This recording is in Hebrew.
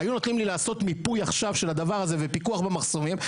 היו נותנים לי לעשות מיפוי עכשיו של הדבר הזה ופיקוח במחסומים,